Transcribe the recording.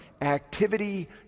Activity